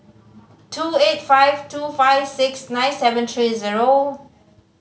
two eight five two five six nine seven three zero